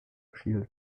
shielded